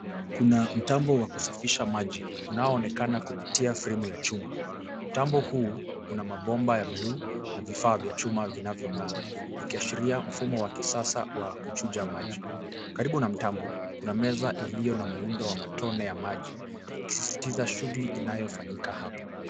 Kuna mtambo wa kusafisha maji unaoonekana kupitia fremu ya chuma. Mtambo huu una mabomba ya bluu na vifaa vya chuma vinavyong'aa, vikiashiria mfumo wa kisasa wa kuchuja maji. Karibu na mtambo kuna meza iliyo na muundo wa matone ya maji ikisisitiza shughuli inayofanyika hapo.